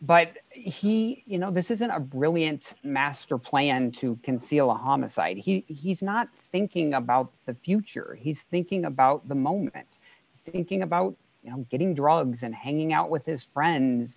but he you know this isn't a brilliant master plan to conceal a homicide he he's not thinking about the future he's thinking about the moment thinking about you know getting drugs and hanging out with his friends